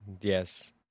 Yes